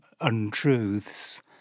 untruths